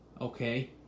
Okay